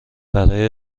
برای